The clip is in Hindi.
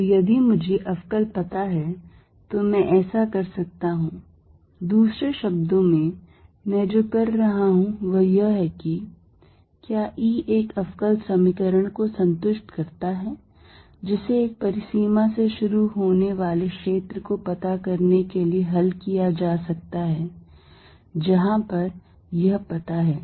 तो यदि मुझे अवकल पता हैं तो मैं ऐसा कर सकता हूं दूसरे शब्दों में मैं जो कह रहा हूं वह है कि क्या E एक अवकल समीकरण को संतुष्ट करता है जिसे एक परिसीमा से शुरू होने वाले क्षेत्र को पता करने के लिए हल किया जा सकता है जहां पर यह पता है